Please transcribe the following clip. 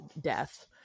death